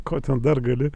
ko ten dar gali